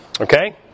Okay